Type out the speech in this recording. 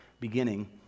beginning